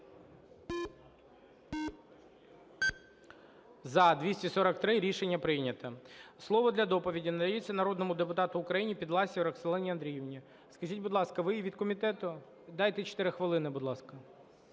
За-243 Рішення прийнято. Слово для доповіді надається народному депутату України Підласій Роксолані Андріївні. Скажіть, будь ласка, ви від комітету? Дайте 4 хвилини, будь ласка.